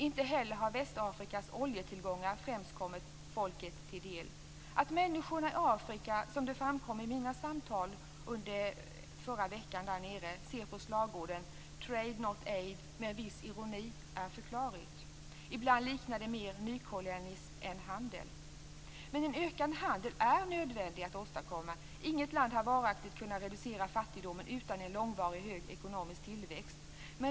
Inte heller har Västafrikas oljetillgångar främst kommit folket till del. Att människorna i Afrika - vilket framkom vid mina samtal under förra veckan där nere - ser på slagorden trade, not aid med en viss ironi är förklarligt. Ibland liknar det mer nykolonialism än handel. Men en ökad handel är nödvändig att åstadkomma. Inget land har varaktigt kunnat reducera fattigdomen utan en långvarigt hög ekonomisk tillväxt.